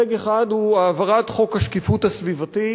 הישג אחד הוא העברת חוק השקיפות הסביבתית,